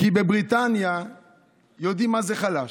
כי בבריטניה יודעים מה זה חלש.